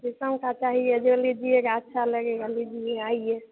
शीशम का चाहिए जो लीजिएगा अच्छा लगेगा लीजिए आइए